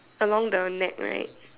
along the neck right